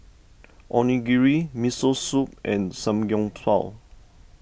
Onigiri Miso Soup and Samgyeopsal